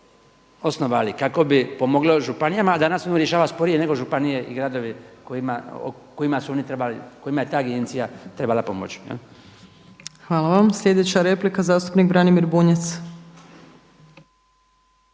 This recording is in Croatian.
osnovali kako bi pomoglo županijama a danas ono rješava sporije nego županije i gradovi kojima su oni trebali, kojima je ta agencija trebala pomoći. **Opačić, Milanka (SDP)** Hvala vam. Sljedeća replika zastupnik Branimir Bunjac.